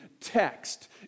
text